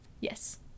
Yes